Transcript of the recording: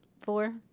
Four